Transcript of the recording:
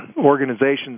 organizations